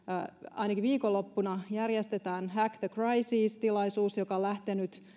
ainakin viikonloppuna järjestetään hack the crisis tilaisuus joka on lähtenyt